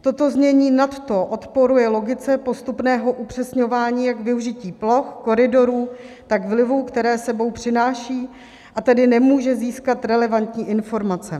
Toto znění nadto odporuje logice postupného upřesňování jak využití ploch, koridorů, tak vlivů, které s sebou přináší, a tedy nemůže získat relevantní informace.